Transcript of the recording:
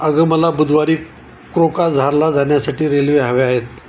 अगं मला बुधवारी क्रोकाझारला जाण्यासाठी रेल्वे हव्या आहेत